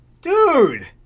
Dude